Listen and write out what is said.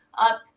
up